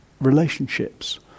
relationships